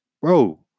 Bro